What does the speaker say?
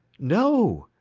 no!